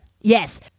yes